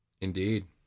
Indeed